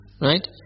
right